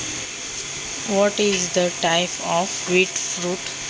गव्हाच्या फळाचा प्रकार कोणता?